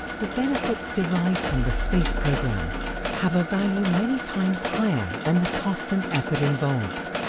the benefits derived from the space programme have a value many times higher than the cost and effort involved.